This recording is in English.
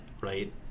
right